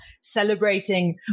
celebrating